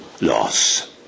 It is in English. loss